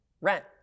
rent